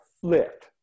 flip